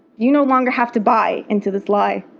you no longer have to buy into the lie.